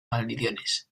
maldiciones